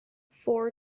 four